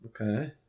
Okay